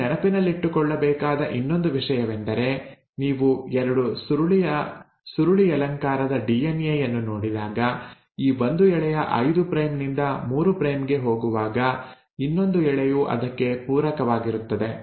ನೀವು ನೆನಪಿಟ್ಟುಕೊಳ್ಳಬೇಕಾದ ಇನ್ನೊಂದು ವಿಷಯವೆಂದರೆ ನೀವು ಎರಡು ಸುರುಳಿಯಲಂಕಾರದ ಡಿಎನ್ಎ ಯನ್ನು ನೋಡಿದಾಗ ಈ ಒಂದು ಎಳೆಯ 5 ಪ್ರೈಮ್ ನಿಂದ 3 ಪ್ರೈಮ್ ಗೆ ಹೋಗುವಾಗ ಇನ್ನೊಂದು ಎಳೆಯು ಅದಕ್ಕೆ ಪೂರಕವಾಗಿರುತ್ತದೆ